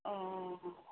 অ